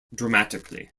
dramatically